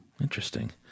Interesting